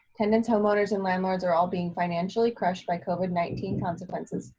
tenants, homeowners, and landlords are all being financially crushed by covid nineteen consequences.